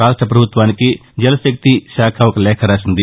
రాష్ట ప్రభుత్వానికి జల్ శక్తి శాఖ ఒక లేఖ రాసింది